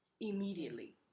immediately